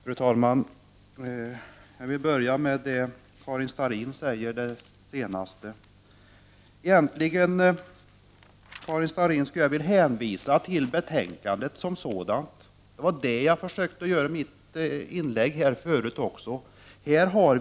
Fru talman! Jag vill börja med det Karin Starrin sade senast. Egentligen skulle jag vilja hänvisa till betänkandet som sådant. Det var det jag försökte göra i mitt förra inlägg också.